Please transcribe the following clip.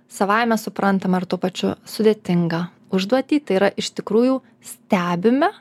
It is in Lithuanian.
savaime suprantamą ir tuo pačiu sudėtingą užduotį tai yra iš tikrųjų stebime